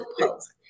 post